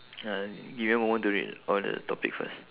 uh give me a moment to read all the topic first